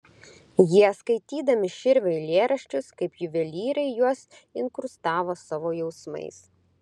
jie skaitydami širvio eilėraščius kaip juvelyrai juos inkrustavo savo jausmais